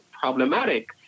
problematic